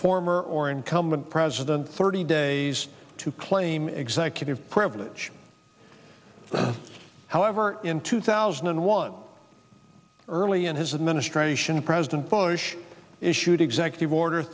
former or incumbent president thirty days to claim executive privilege however in two thousand and one early in his administration president bush issued executive order